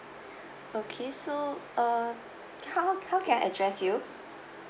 okay so uh can how how how can I address you